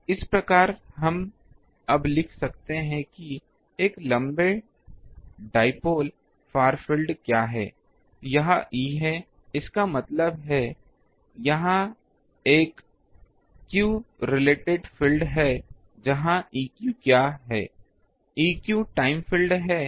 तो इस प्रकार हम अब लिख सकते हैं कि एक लंबे डाइपोल फार फील्ड क्या है यह E है इसका मतलब है यह एक q रिलेटेड फील्ड है जहां Eq क्या है Eq टाइम फील्ड है